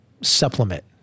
supplement